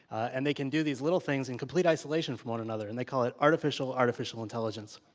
and they can do these little things in complete isolation from one another. and they call it artificial, artificial intelligence.